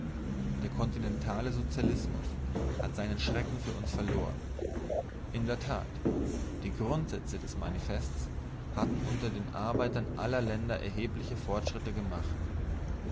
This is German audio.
der kontinentale sozialismus hat seine schrecken für uns verloren in der tat die grundsätze des manifests hatten unter den arbeitern aller länder erhebliche fortschritte gemacht